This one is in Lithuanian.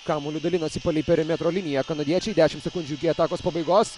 kamuoliu dalinosi palei perimetro linija kanadiečiai dešimt sekundžių iki atakos pabaigos